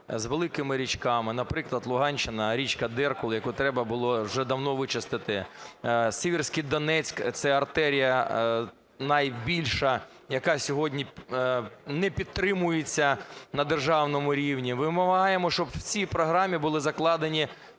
з великими річками. Наприклад, Луганщина, річка Деркул, яку треба було вже давно вичистити. Сіверський Донець – це артерія найбільша, яка сьогодні не підтримується на державному рівні. Вимагаємо, щоб в цій програмі були закладені